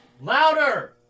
Louder